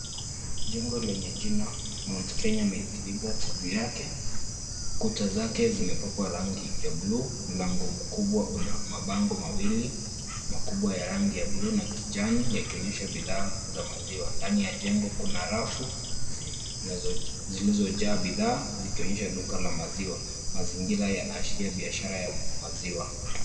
Jengo lenye jina Mount Kenya milk depot juu yake. Kuta zake zimepakwa rangi ya blue mlango mkubwa una mabango mawili makubwa ya rangi ya blue na kijani yakionyesha bidhaa za maziwa. Ndani ya jengo kuna rafu zilizojaa bidhaa zikionyesha duka la maziwa. Mazingira yanaashiria biashara ya maziwa.